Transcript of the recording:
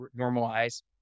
normalize